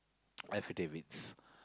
affidavits